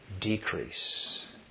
decrease